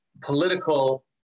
political